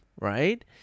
right